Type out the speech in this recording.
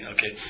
Okay